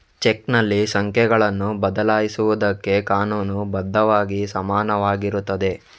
ಚೆಕ್ನಲ್ಲಿ ಸಂಖ್ಯೆಗಳನ್ನು ಬದಲಾಯಿಸುವುದಕ್ಕೆ ಕಾನೂನು ಬದ್ಧವಾಗಿ ಸಮಾನವಾಗಿರುತ್ತದೆ